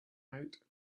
night